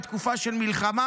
בתקופה של מלחמה,